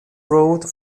road